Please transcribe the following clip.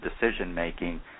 decision-making